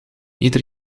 ieder